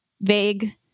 vague